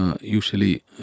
Usually